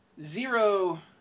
zero